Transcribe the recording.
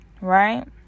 right